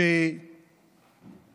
יש שם בעיה משפטית.